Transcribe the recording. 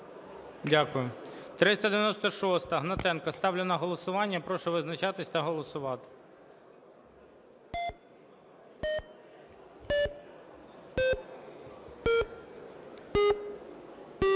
Дякую. 396-а Гнатенка. Ставлю на голосування. Прошу визначатись та голосувати.